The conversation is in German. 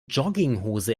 jogginghose